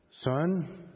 Son